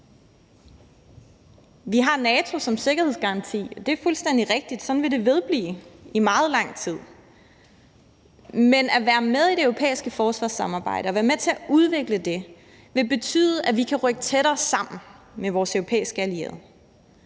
Vi har NATO som sikkerhedsgaranti, det er fuldstændig rigtigt, og sådan vil det vedblive med at være i meget lang tid, men det at være med i det europæiske forsvarssamarbejde og være med til at udvikle det vil betyde, at vi kan rykke tættere sammen med vores europæiske allierede,